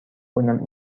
کنم